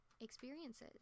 experiences